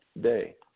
day